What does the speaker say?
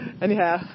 Anyhow